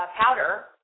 powder